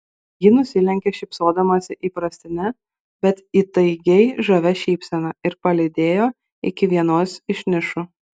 ji nusilenkė šypsodamasi įprastine bet įtaigiai žavia šypsena ir palydėjo iki vienos iš nišų